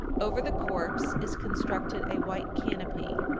over the corpse is constructed a white canopy,